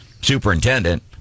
superintendent